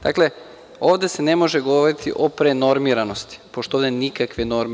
Dakle, ovde se ne može govoriti o prenormiranosti, pošto ovde nema nikakve norme.